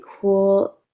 cool